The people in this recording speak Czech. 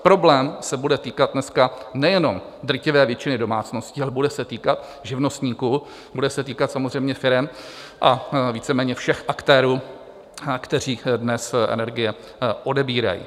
Problém se bude týkat dneska nejenom drtivé většiny domácností, ale bude se týkat živnostníků, bude se týkat samozřejmě firem a víceméně všech aktérů, kteří dnes energie odebírají.